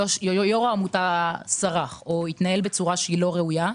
אם יושב-ראש העמותה סרח או התנהל בצורה לא ראויה,